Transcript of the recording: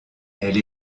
elle